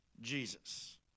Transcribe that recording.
Jesus